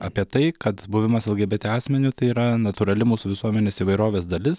apie tai kad buvimas lgbt asmeniu tai yra natūrali mūsų visuomenės įvairovės dalis